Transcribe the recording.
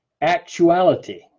Actuality